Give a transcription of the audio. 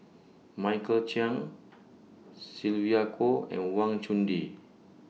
Michael Chiang Sylvia Kho and Wang Chunde